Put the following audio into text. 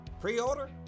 Pre-order